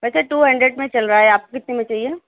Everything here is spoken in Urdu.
ویسے ٹو ہنڈریڈ میں چل رہا ہے آپ کو کتنے میں چاہیے